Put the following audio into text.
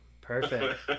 Perfect